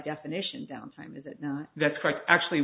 definition downtime is it no that's correct actually